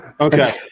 okay